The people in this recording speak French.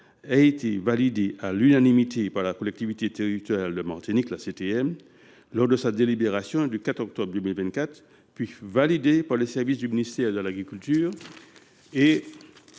été validée à l’unanimité par la collectivité territoriale de Martinique (CTM) lors de sa délibération du 4 octobre 2024, puis par les services du ministère de l’agriculture et